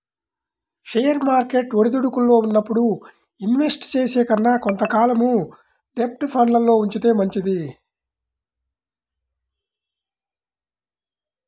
share market ఒడిదుడుకుల్లో ఉన్నప్పుడు invest చేసే కన్నా కొంత కాలం డెబ్ట్ ఫండ్లల్లో ఉంచితే మంచిది